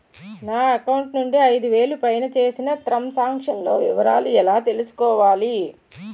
నా అకౌంట్ నుండి ఐదు వేలు పైన చేసిన త్రం సాంక్షన్ లో వివరాలు ఎలా తెలుసుకోవాలి?